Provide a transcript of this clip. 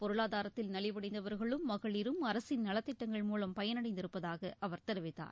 பொருளாதாரத்தில் நலிவடைந்தவர்களும் மகளிரும் நலத்திட்டங்கள் மூலம் பயனடைந்திருப்பதாக அவர் தெரிவித்தார்